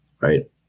right